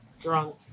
Drunk